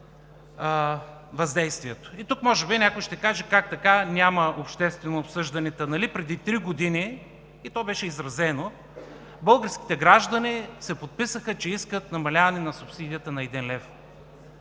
въздействието. Тук може би някой ще каже: как така няма обществено обсъждане? Та нали преди три години то беше изразено – българските граждани се подписаха, че искат намаляване на субсидията на 1 лв.